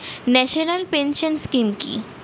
National pension scheme কি?